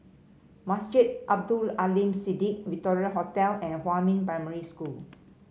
Masjid Abdul Aleem Siddique Victoria Hotel and Huamin Primary School